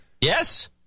Yes